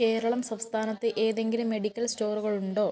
കേരളം സംസ്ഥാനത്ത് ഏതെങ്കിലും മെഡിക്കൽ സ്റ്റോറുകൾ ഉണ്ടോ